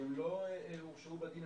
שהם לא הורשעו בדין,